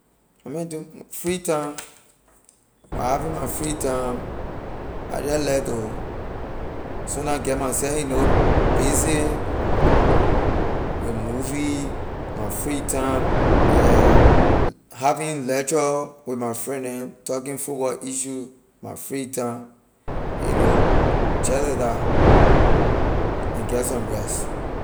My man don- free time when I having my free time I jeh like to sometime get myself you know busy with movie my free time yeah having lecture with my friend neh talking football issue my free time you know jeh like dah and get some rest.